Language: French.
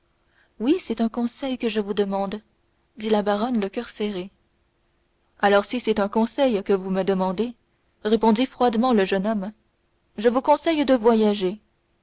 oui c'est un conseil que je vous demande dit la baronne le coeur serré alors si c'est un conseil que vous me demandez répondit froidement le jeune homme je vous conseille de voyager